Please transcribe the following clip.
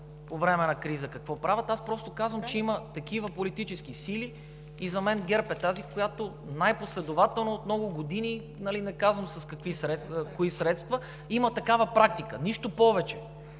по време на криза какво правят, аз просто казвам, че има такива политически сили и за мен ГЕРБ е тази, която най-последователно, от много години, не казвам с кои средства, има такава практика. Нищо повече!